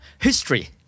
History